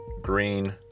green